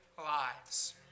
lives